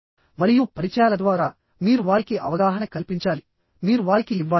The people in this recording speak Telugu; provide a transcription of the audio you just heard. మరియు పరిచయాల ద్వారా మీరు వారికి అవగాహన కల్పించాలి మీరు వారికి ఇవ్వాలి